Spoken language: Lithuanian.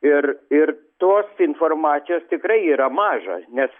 ir ir tos informacijos tikrai yra maža nes